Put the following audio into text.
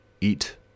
eat